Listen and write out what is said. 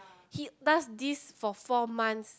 he does this for four months